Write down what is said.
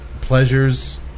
Pleasures